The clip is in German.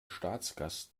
staatsgast